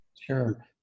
Sure